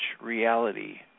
reality